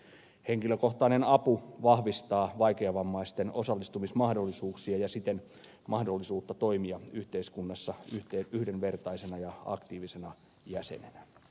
henkilökohtainen apu vahvistaa vaikeavammaisten osallistumismahdollisuuksia ja siten mahdollisuutta toimia yhteiskunnassa yhdenvertaisena ja aktiivisena jäsenenä